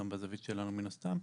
גם בזווית שלנו מן הסתם.